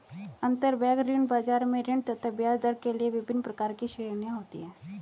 अंतरबैंक ऋण बाजार में ऋण तथा ब्याजदर के लिए विभिन्न प्रकार की श्रेणियां होती है